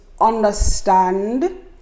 understand